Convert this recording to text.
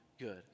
good